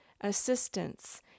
assistance